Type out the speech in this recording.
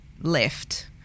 left